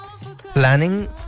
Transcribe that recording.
Planning